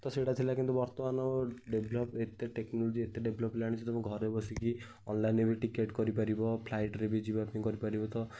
ତ ସେଇଟା ଥିଲା କିନ୍ତୁ ବର୍ତ୍ତମାନ ଡେଭଲପ୍ ଏତେ ଟେକ୍ନୋଲୋଜି ଏତେ ଡେଭଲପ୍ ହେଲାଣି ସେ ଘରେ ବସିକି ଅନଲାଇନ୍ରେ ଟିକେଟ୍ କରିପାରିବ ଫ୍ଲାଇଟ୍ରେ ବି ଯିବା ପାଇଁ କରିପାରିବ ତ